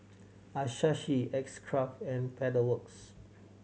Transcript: Asahi X Craft and Pedal Works